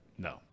No